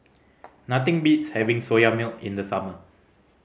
nothing beats having Soya Milk in the summer